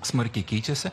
smarkiai keičiasi